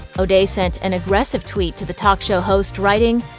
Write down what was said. o'day sent an aggressive tweet to the talk show host, writing,